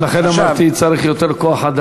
לכן אמרתי: צריך יותר כוח-אדם.